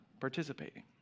participating